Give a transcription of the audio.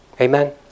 Amen